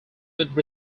would